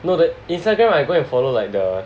no the Instagram I go and follow like the